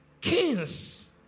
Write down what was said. Kings